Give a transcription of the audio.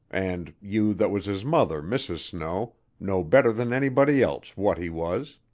and you that was his mother, mrs. snow, know better than anybody else what he was.